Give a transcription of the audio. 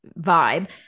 vibe